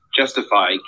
justify